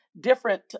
different